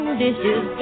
dishes